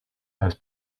has